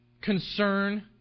concern